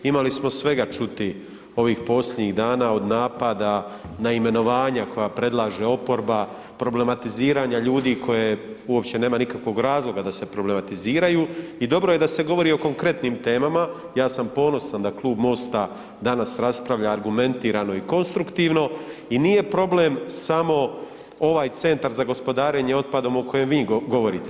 Imali smo svega čuti ovih posljednjih dana, od napada na imenovanja koje predlaže oporba, problematiziranja ljudi koje uopće nema nikakvog razloga da se problematiziraju i dobro je da se govori o konkretnim temama, ja sam ponosan da Klub MOST-a raspravlja danas argumentirano i konstruktivno i nije problem samo ovaj centar za gospodarenje otpadom o kojem vi govorite.